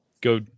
go